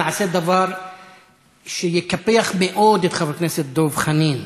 נעשה דבר שיקפח מאוד את חבר הכנסת דב חנין,